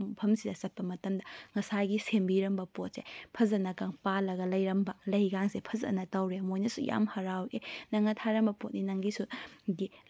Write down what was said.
ꯃꯐꯝꯁꯤꯗ ꯆꯠꯄ ꯃꯇꯝꯗ ꯉꯁꯥꯏꯒꯤ ꯁꯦꯝꯕꯤꯔꯝꯕ ꯄꯣꯠꯁꯦ ꯐꯖꯅꯒ ꯄꯥꯜꯂꯒ ꯂꯩꯔꯝꯕ ꯂꯩꯒꯁꯦ ꯐꯖꯅ ꯇꯧꯔꯦ ꯃꯣꯏꯅꯁꯨ ꯌꯥꯝ ꯍꯔꯥꯎꯏ ꯑꯦ ꯅꯪꯅ ꯊꯥꯔꯝꯕ ꯄꯣꯠꯅꯤ ꯅꯪꯒꯤꯁꯨ